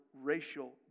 racial